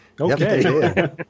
Okay